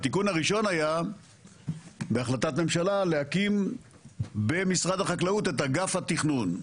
התיקון הראשון היה בהחלטת ממשלה להקים במשרד החקלאות את אגף התכנון,